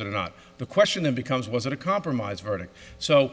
of the or not the question then becomes was it a compromise verdict so